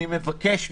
אני מבקש ממך,